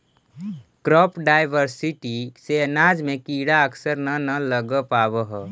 crop diversity से अनाज में कीड़ा अक्सर न न लग पावऽ हइ